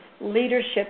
leadership